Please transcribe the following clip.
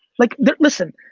like listen,